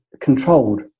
controlled